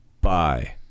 Bye